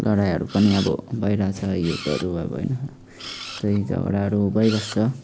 लडाइँहरू पनि अब भइरहेको छ युद्धहरू अब होइन त्यही झगडाहरू भइबस्छ